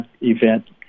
event